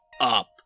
up